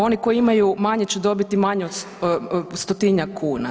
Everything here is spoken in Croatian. Oni koji imaju manje će dobiti manje, stotinjak kuna.